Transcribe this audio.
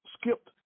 skipped